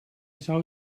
zou